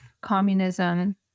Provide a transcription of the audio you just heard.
communism